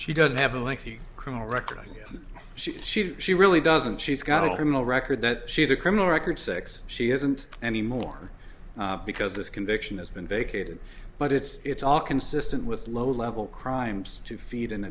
she doesn't have a lengthy criminal record and she she she really doesn't she's got a criminal record that she's a criminal record six she isn't anymore because this conviction has been vacated but it's all consistent with low level crimes to feed an